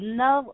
no